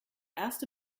erste